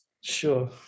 sure